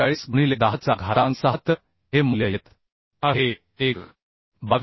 45 गुणिले 10 चा घातांक 6 तर हे मूल्य येत आहे 1